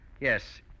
Yes